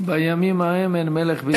בימים ההם אין מלך בישראל.